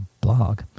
blog